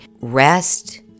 rest